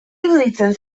iruditzen